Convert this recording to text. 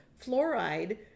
Fluoride